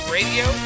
Radio